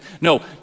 No